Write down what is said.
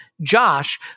Josh